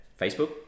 Facebook